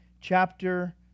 Chapter